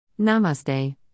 Namaste